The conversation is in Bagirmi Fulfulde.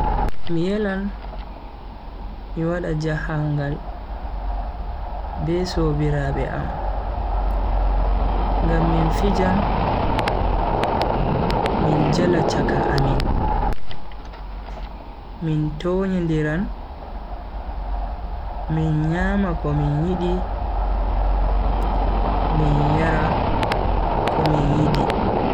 Mi yelan mi wada jahangal be sobiraabe am. ngam min fijan min jala chaka amin, min toyindiran, min nyama ko min yidi mi yara ko min yidi.